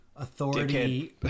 authority